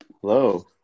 Hello